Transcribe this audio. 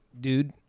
dude